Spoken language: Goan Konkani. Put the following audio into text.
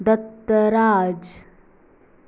दत्तराज